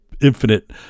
infinite